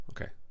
okay